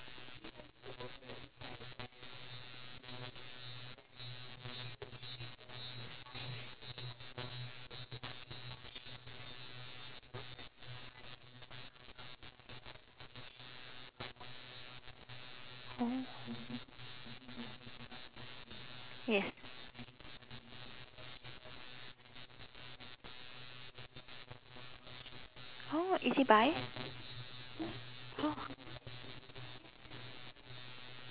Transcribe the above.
oh ezbuy oh